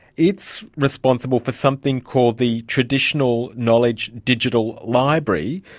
it's responsible for something called the traditional knowledge digital library.